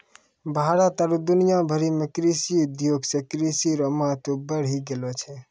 भारत आरु दुनिया भरि मे कृषि उद्योग से कृषि रो महत्व बढ़ी गेलो छै